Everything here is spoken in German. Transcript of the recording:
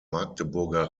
magdeburger